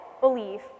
belief